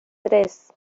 tres